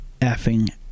effing